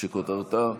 שכותרתה: